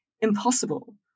impossible